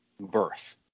birth